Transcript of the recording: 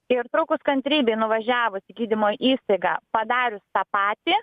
ir trūkus kantrybei nuvažiavus į gydymo įstaigą padarius tą patį